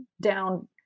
down